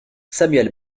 samuel